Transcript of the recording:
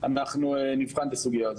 אנחנו נבחן את הסוגייה הזו.